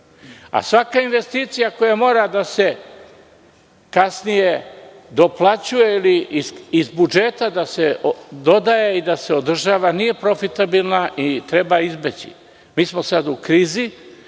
a svaka investicija koja mora kasnije da se doplaćuje ili iz budžeta da se dodaje i da se održava nije profitabilna i treba je izbeći. Mi smo sada u krizi